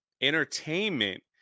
entertainment